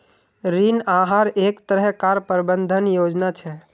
ऋण आहार एक तरह कार प्रबंधन योजना छे